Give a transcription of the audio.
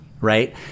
Right